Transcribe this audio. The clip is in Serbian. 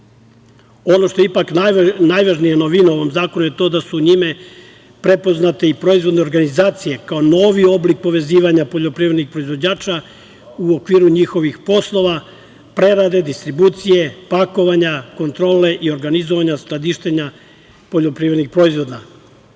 što je ipak najvažnija novina u ovom zakonu to je da su prepoznate i proizvodne organizacije kao novi oblik povezivanja poljoprivrednih proizvođača u okviru njihovih poslova, prerade, distribucije, pakovanja, kontrole i organizovanja skladištenja poljoprivrednih proizvoda. Mi